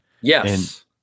Yes